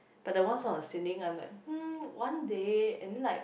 but the ones on the ceiling I'm like mm one day and then like